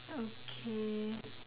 okay